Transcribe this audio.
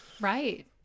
right